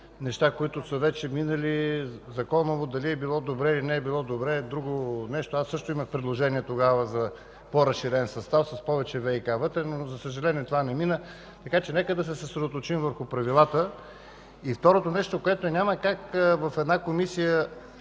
неща, които са вече минали. Законово дали е било добре или не, е друго нещо. Аз също имах тогава предложение за по-разширен състав с повече ВиК вътре, но, за съжаление, това не мина. Така че нека да се съсредоточим върху правилата, и второто нещо, което е, няма как в една комисия,